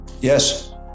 Yes